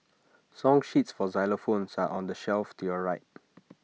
song sheets for xylophones are on the shelf to your right